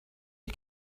you